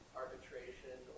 arbitration